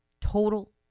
Total